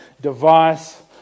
device